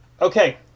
Okay